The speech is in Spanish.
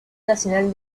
nacional